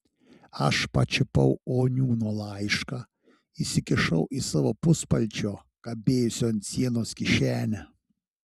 aš pačiupau oniūno laišką įsikišau į savo puspalčio kabėjusio ant sienos kišenę